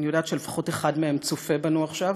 אני יודעת שלפחות אחד מהם צופה בנו עכשיו,